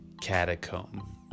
Catacomb